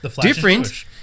different